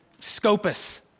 scopus